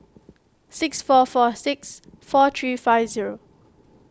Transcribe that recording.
six four four six four three five zero